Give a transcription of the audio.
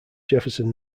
jefferson